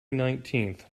nineteenth